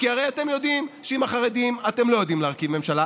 כי הרי אתם יודעים שעם החרדים אתם לא יודעים להרכיב ממשלה,